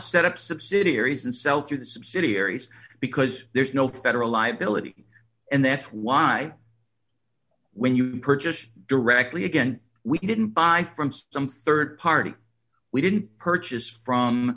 set up subsidiaries and sell through the subsidiaries because there's no federal liability and that's why when you purchased directly again we didn't buy from some rd party we didn't purchase from